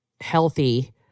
healthy